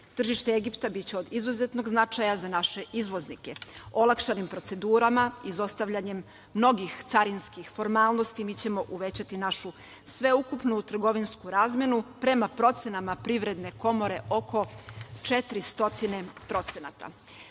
Tržište Egipta biće od izuzetnog značaja za naše izvoznike, olakšanim procedurama, izostavljanjem mnogih carinskih formalnosti mi ćemo uvećati našu sveukupnu trgovinsku razmenu, a prema procenama Privredne komore oko 400%.Jedinstvena